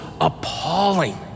appalling